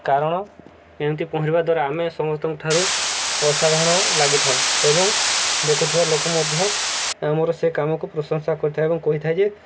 କାରଣ ଏମିତି ପହଁରିବା ଦ୍ୱାରା ଆମେ ସମସ୍ତଙ୍କଠାରୁ ଅସାଧାରଣ ଲାଗିଥାଉ ଏବଂ ଦେଖୁଥିବା ଲୋକ ମଧ୍ୟ ଆମର ସେ କାମକୁ ପ୍ରଶଂସା କରିଥାଏ ଏବଂ କହିଥାଏ ଯେ